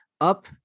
up